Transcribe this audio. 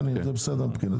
שלוש שנים זה בסדר מבחינתי.